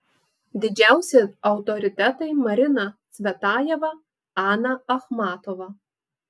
didžiausi autoritetai marina cvetajeva ana achmatova